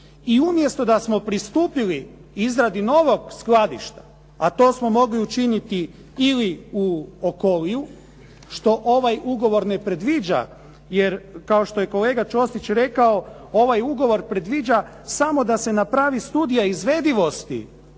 I umjesto da smo pristupili novog skladišta, a to smo mogli učiniti ili u Okoliju što ovaj ugovor ne predviđa, jer kao što je kolega Ćosić rekao ovaj ugovor predviđa samo da se napravi studija izvedivosti